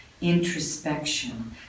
introspection